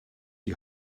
die